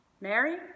Mary